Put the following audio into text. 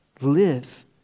live